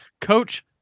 coach